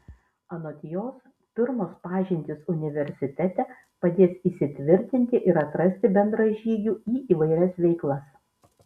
anot jos pirmos pažintys universitete padės įsitvirtinti ir atrasti bendražygių į įvairias veiklas